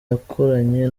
yakoranye